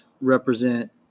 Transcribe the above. represent